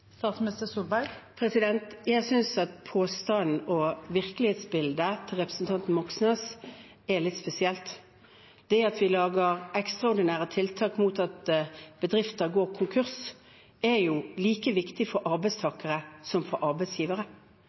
representanten Moxnes’ påstand og virkelighetsbilde er litt spesielt. Det at vi lager ekstraordinære tiltak for å unngå at bedrifter skal gå konkurs, er jo like viktig for arbeidstakere som for arbeidsgivere.